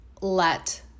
let